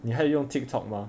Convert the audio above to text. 你还有用 TikTok 吗